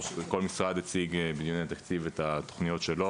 כל משרד הציג בעניין התקציב את התוכניות שלו